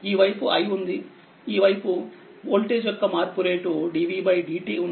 ఈ వైపు i ఉంది ఈ వైపువోల్టేజ్ యొక్క మార్పు రేటు dvdtఉంది